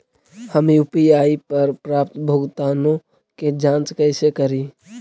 हम यु.पी.आई पर प्राप्त भुगतानों के जांच कैसे करी?